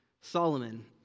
Solomon